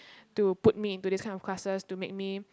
to put me into this kind of classes to make me